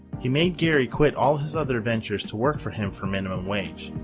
he made gary quit all his other ventures to work for him for minimum wage.